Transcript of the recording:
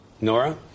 Nora